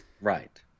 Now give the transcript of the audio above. Right